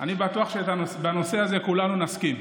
אני בטוח שבנושא הזה כולנו נסכים.